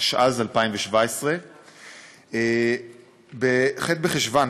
התשע"ז 2017. בח' בחשוון,